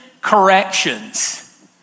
corrections